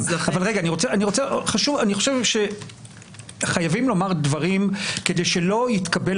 אני חושב שחייבים לומר דברים כדי שלא יתקבל